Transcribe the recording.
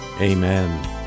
Amen